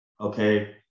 okay